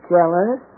Jealous